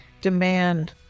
demand